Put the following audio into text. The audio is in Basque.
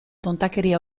tontakeria